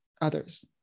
others